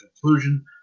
conclusion